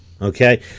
Okay